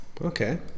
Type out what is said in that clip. okay